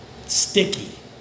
sticky